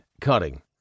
cutting